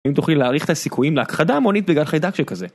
אם תוכלי להעריך את הסיכויים להכחדה המונית בגלל חיידק שכזה.